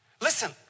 Listen